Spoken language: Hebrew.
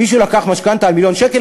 מישהו לקח משכנתה על מיליון שקל,